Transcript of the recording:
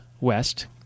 West